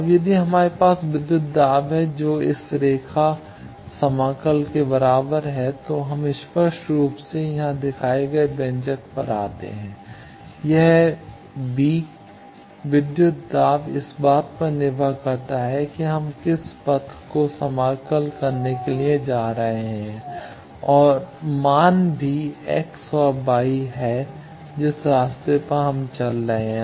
अब यदि हमारे पास वह विद्युत दाब है जो इस के रेखा समाकल के बराबर है तो हम स्पष्ट रूप से यहाँ दिखाए गए व्यंजक पर आते हैं यह V विद्युत दाब इस बात पर निर्भर करता है कि हम किस पथ को समाकल करने के लिए ले जा रहे हैं और मान भी x और y हैं जिस रास्ते पर हम चल रहे हैं